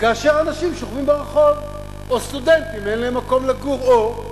כאשר אנשים שוכבים ברחוב או סטודנטים אין להם מקום לגור או,